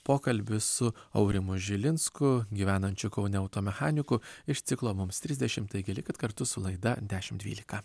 pokalbis su aurimu žilinsku gyvenančiu kaune auto mechaniku iš ciklo mums trisdešimt taigi likit kartu su laida dešimt dvylika